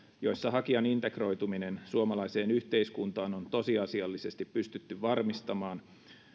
joissa hakijan integroituminen suomalaiseen yhteiskuntaan on tosiasiallisesti pystytty varmistamaan